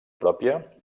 pròpia